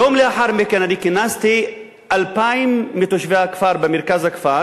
יום לאחר מכן כינסתי 2,000 מתושבי הכפר במרכז הכפר